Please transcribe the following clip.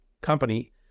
company